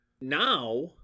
now